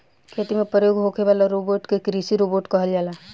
खेती में प्रयोग होखे वाला रोबोट के कृषि रोबोट कहल जाला